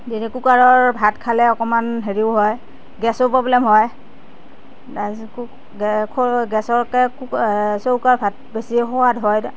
কুকাৰৰ ভাত খালে অকণমান হেৰিও হয় গেছো প্ৰব্লেম হয় গেছতকৈ চৌকাৰ ভাত বেছিয়ে সোৱাদ হয়